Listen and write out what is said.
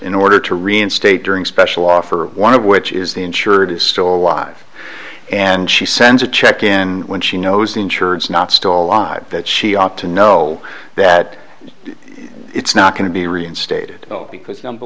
in order to reinstate during special offer one of which is the insured is still alive and she sends a check in when she knows the insurance not still live that she ought to know that it's not going to be reinstated because number